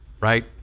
Right